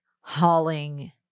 hauling